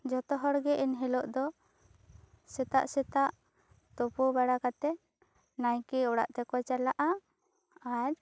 ᱡᱚᱛᱚ ᱦᱚᱲᱜᱮ ᱮᱱᱦᱤᱞᱳᱜ ᱫᱚ ᱥᱮᱛᱟᱜ ᱥᱮᱛᱟᱜ ᱛᱳᱯᱳ ᱵᱟᱲᱟ ᱠᱟᱛᱮ ᱱᱟᱭᱠᱮ ᱚᱲᱟᱜ ᱛᱮᱠᱚ ᱪᱟᱞᱟᱜᱼᱟ ᱟᱨ